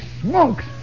smokes